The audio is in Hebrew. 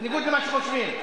בניגוד למה שחושבים,